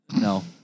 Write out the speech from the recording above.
No